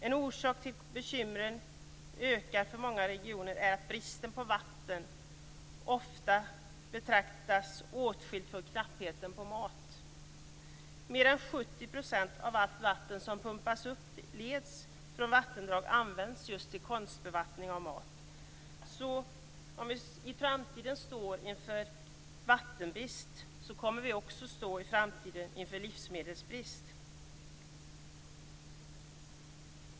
En orsak till ökade bekymmer i många regioner är att bristen på vatten ofta betraktas åtskild från knappheten på mat. Mer än 70 % av allt vatten som pumpas upp och leds från vattendrag används just för konstbevattning av mat. Om vi i framtiden står inför vattenbrist kommer vi också att stå inför livsmedelsbrist i framtiden.